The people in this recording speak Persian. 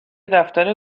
دفتر